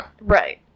Right